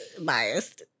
Biased